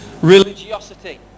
Religiosity